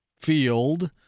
field